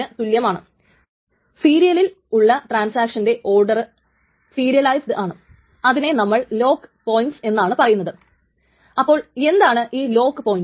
അതുകാരണം ട്രാൻസാക്ഷൻ ഒന്ന് ട്രാൻസാക്ഷൻ രണ്ടിനെക്കാൾ മുൻപേ തുടങ്ങുകയാണെങ്കിൽ അതിന് ചെറിയ ടൈംസ്റ്റാമ്പ് ആയിരിക്കും രണ്ടിനേക്കാളും